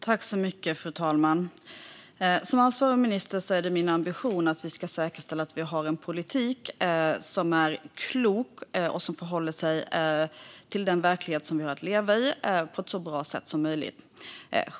Fru talman! Som ansvarig minister är det min ambition att vi ska säkerställa att vi har en politik som är klok och som förhåller sig till den verklighet som vi har att leva i på ett så bra sätt som möjligt.